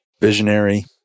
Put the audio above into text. Visionary